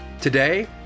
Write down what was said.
Today